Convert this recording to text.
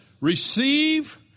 receive